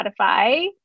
Spotify